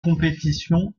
compétition